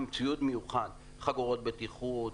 עם ציוד מיוחד חגורות בטיחות,